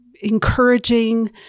encouraging